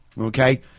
Okay